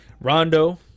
Rondo